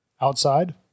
Outside